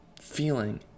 feeling